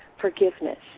forgiveness